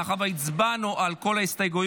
מאחר שהצבענו על כל ההסתייגויות,